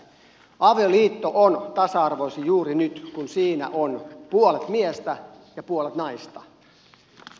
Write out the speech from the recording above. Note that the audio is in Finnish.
avioliitto on tasa arvoisin juuri nyt kun siinä on puolet miestä ja puolet naista